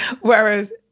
whereas